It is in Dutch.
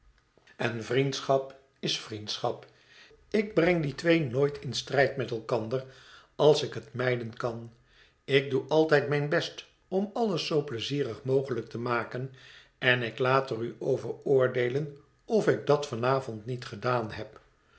en vriendschap is vriendschap ik breng die twee nooit in strijd met elkander als ik het mijden kan ik doe altijd mijn best om alles zoo pleizierig mogelijk te maken en ik laat er u over oordeelen of ik dat van avond niet gedaan heb